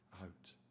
out